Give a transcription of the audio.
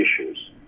issues